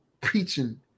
preaching